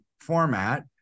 format